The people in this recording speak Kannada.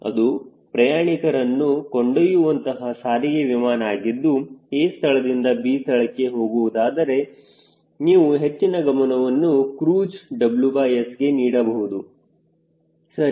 ಅದು ಪ್ರಯಾಣಿಕರನ್ನು ಕೊಂಡೊಯ್ಯುವಂತೆ ಸಾರಿಗೆ ವಿಮಾನ ಆಗಿದ್ದು A ಸ್ಥಳದಿಂದ B ಸ್ಥಳಕ್ಕೆ ಹೋಗುವುದಾದರೆ ನೀವು ಹೆಚ್ಚಿನ ಗಮನವನ್ನು ಕ್ರೂಜ್ WS ಗೆ ನೀಡಬಹುದು ಸರಿ